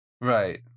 right